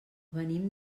venim